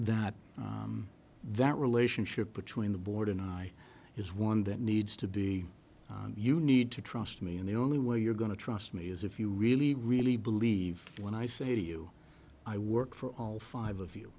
that that relationship between the board and i is one that needs to be you need to trust me and the only way you're going to trust me is if you really really believe when i say to you i work for all five of you